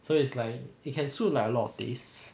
so it's like it can suit like a lot of days